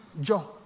John